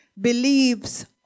believes